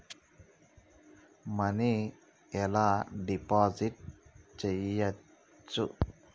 Money ఎలా deposit చేయచ్చు?